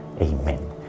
Amen